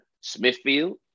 Smithfield